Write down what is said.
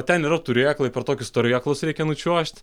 ten yra turėklai per tokius turėklus reikia nučiuožt